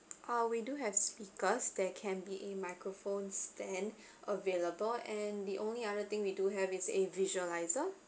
uh we do have speakers that can be a microphone stand available and the only other thing we do have is a visualizer